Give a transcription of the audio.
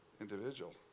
individual